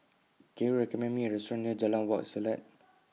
Can YOU recommend Me A Restaurant near Jalan Wak Selat